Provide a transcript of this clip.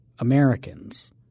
Americans